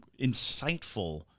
insightful